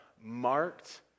marked